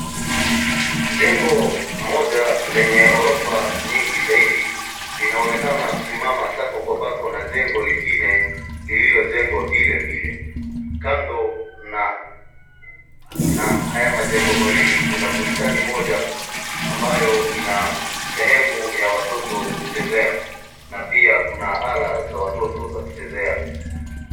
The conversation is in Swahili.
Jengo moja lenye ghorofa nyingi zaidi linaonekana kusimama sako kwa bako na jengo lingine lililojengwa vile vile. Kando na haya majengo mawili kuna bustani moja ambayo ina sehemu ya watoto ya kuchezea. Na pia kuna ala za watoto kuchezea.